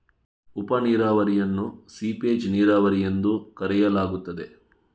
ಉಪ ನೀರಾವರಿಯನ್ನು ಸೀಪೇಜ್ ನೀರಾವರಿ ಎಂದೂ ಕರೆಯಲಾಗುತ್ತದೆ